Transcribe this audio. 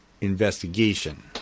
Investigation